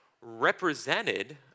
represented